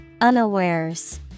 unawares